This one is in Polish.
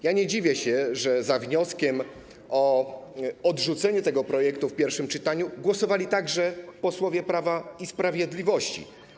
Ja nie dziwię się, że za wnioskiem o odrzucenie tego projektu w pierwszym czytaniu głosowali także posłowie Prawa i Sprawiedliwości.